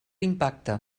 impacte